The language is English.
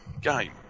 game